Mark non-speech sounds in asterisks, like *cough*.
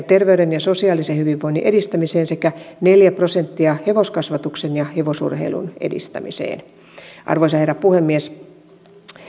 *unintelligible* terveyden ja sosiaalisen hyvinvoinnin edistämiseen sekä neljä prosenttia hevoskasvatuksen ja hevosurheilun edistämiseen arvoisa herra puhemies